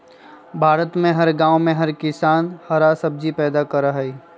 भारत में हर गांव में हर किसान हरा सब्जियन के पैदा करा हई